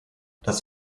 das